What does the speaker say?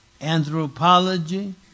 anthropology